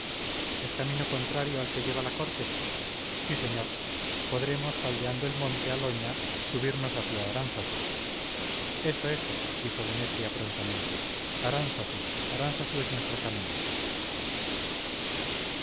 es camino contrario al que lleva la corte sí señor podremos faldeando el monte aloña subirnos hacia aránzazu eso eso dijo demetria prontamente aránzazu aránzazu es nuestro camino